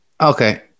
Okay